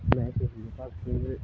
ਮੈਂ ਸ਼ਹੀਦ ਭਗਤ ਸਿੰਘ ਨਗਰ